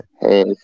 Hey